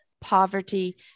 poverty